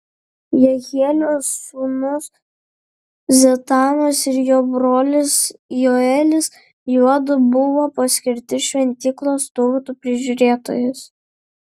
jehielio sūnūs zetamas ir jo brolis joelis juodu buvo paskirti šventyklos turtų prižiūrėtojais